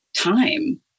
time